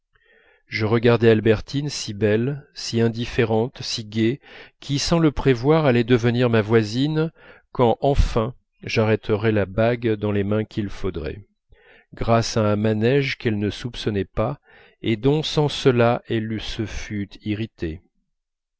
je regardais albertine si belle si indifférente si gaie qui sans le prévoir allait devenir ma voisine quand enfin j'arrêterais la bague dans les mains qu'il faudrait grâce à un manège qu'elle ne soupçonnait pas et dont sans cela elle se fût irritée